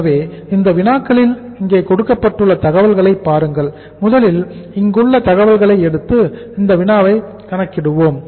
எனவே இந்த வினாக்களில் இங்கு கொடுக்கப்பட்டுள்ள தகவல்களை பாருங்கள் முதலில் இங்குள்ள தகவல்களை எடுத்து இந்த வினாவை கணக்கிடுவோம்